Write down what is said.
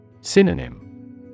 Synonym